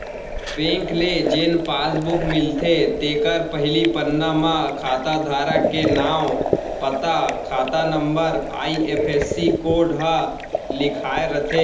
bank ले जेन passbook मिलथे तेखर पहिली पन्ना म खाता धारक के नांव, पता, खाता नंबर, आई.एफ.एस.सी कोड ह लिखाए रथे